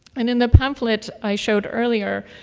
and in the pamphlet i showed earlier,